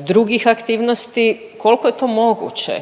drugih aktivnosti, kolko je to moguće